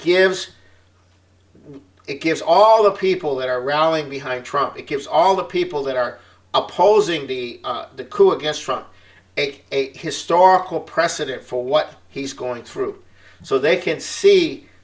gives it gives all the people that are rallying behind trump it gives all the people that are opposing the coup against from a historical precedent for what he's going through so they can see